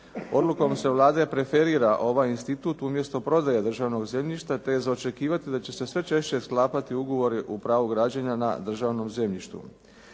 Odlukom se Vlade preferira ovaj institut umjesto prodaje državnog zemljišta te je za očekivati da će se sve češće sklapati ugovori o pravu građenja na državnom zemljištu.